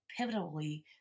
pivotally